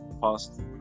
past